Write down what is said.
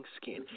skin